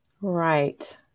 right